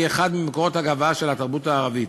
אחד ממקורות הגאווה של התרבות הערבית.